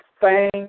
Thank